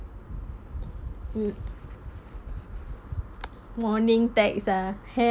mm morning text ah !hey!